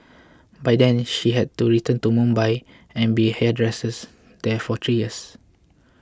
by then she had to Mumbai and been hairdressers there for three years